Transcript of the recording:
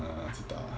ah 知道 ah